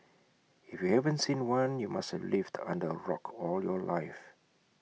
if you haven't seen one you must have lived under A rock all your life